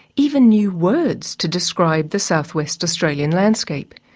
even new words, to describe the southwest australian landscape.